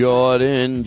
Jordan